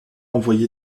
envoyé